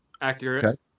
Accurate